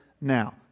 now